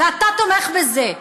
ואתה תומך בזה.